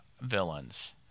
villains